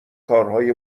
کارهای